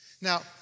Now